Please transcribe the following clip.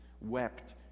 wept